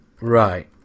Right